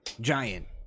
Giant